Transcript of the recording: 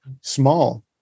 small